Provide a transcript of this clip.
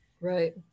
Right